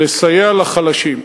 לסייע לחלשים.